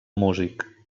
músic